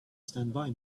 standby